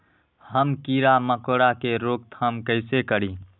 हम किरा मकोरा के रोक थाम कईसे करी?